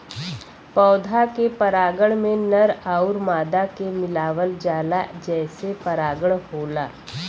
पौधा के परागण में नर आउर मादा के मिलावल जाला जेसे परागण होला